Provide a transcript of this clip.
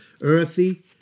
earthy